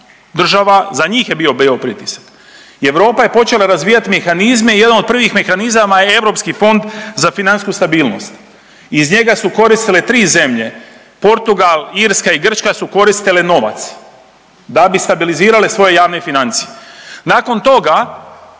država za njih je bio pritisak i Europa je počela razvijat mehanizme i jedan od prvih mehanizama je Europski fond za financijsku stabilnost. Iz njega su koristile tri zemlje Portugal, Irska i Grčka su koristile novac da bi stabilizirale svoje javne financije, nakon toga